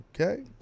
Okay